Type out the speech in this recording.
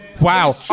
wow